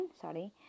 sorry